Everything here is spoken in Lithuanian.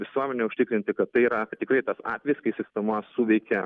visuomenę užtikrinti kad tai yra tikrai tas atvejis kai sistema suveikia